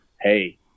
hey